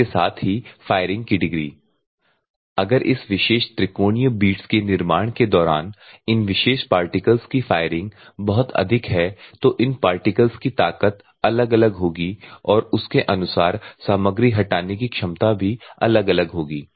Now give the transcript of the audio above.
इसके साथ ही फायरिंग की डिग्री अगर इस विशेष त्रिकोणीय बीट्स के निर्माण के दौरान इन विशेष पार्टिकल्स की फायरिंग बहुत अधिक है तो इन पार्टिकल्स की ताकत अलग अलग होगी और उसके अनुसार सामग्री हटाने की क्षमता भी अलग अलग होगी